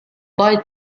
buy